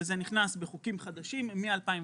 וזה נכנס בחוקים חדשים מ-2019.